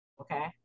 Okay